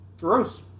Gross